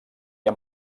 han